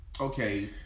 Okay